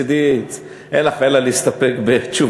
אז מצדי אין לך אלא להסתפק בתשובתה.